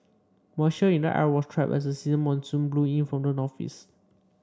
moisture in the air was trapped as a season monsoon blew in from the northeast